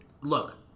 look